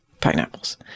pineapples